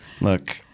Look